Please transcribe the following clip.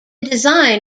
design